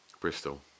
Bristol